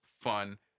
fun